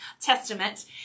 Testament